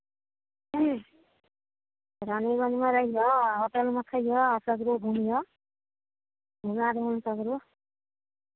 ह्म्म रानीगंजमे रहिअह आ होटलमे खइअह आ सगरो घुमियह घुमाए देबनि सगरो